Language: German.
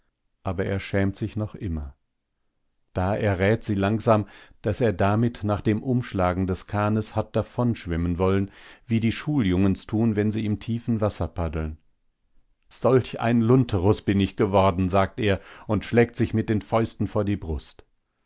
aber er schämt sich noch immer da errät sie langsam daß er damit nach dem umschlagen des kahnes hat davonschwimmen wollen wie die schuljungens tun wenn sie im tiefen wasser paddeln solch ein lunterus bin ich geworden sagt er und schlägt sich mit den fäusten vor die brust